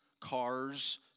cars